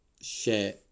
share